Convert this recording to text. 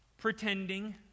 Pretending